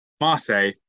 Marseille